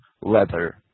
leather